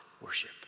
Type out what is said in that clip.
worship